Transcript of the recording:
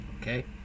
Okay